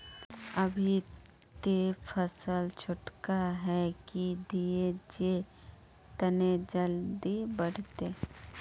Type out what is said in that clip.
अभी ते फसल छोटका है की दिये जे तने जल्दी बढ़ते?